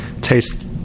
taste